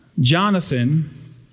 Jonathan